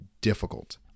Difficult